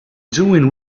doing